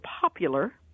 popular